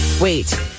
Wait